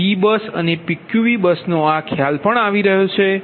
તો P bus અને PQV બસનો આ ખ્યાલ પણ આવી રહ્યો છે